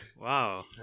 Wow